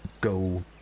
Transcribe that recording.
go